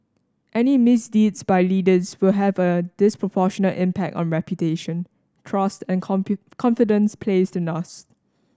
any misdeeds by leaders will have a disproportionate impact on reputation trust and confidence placed in us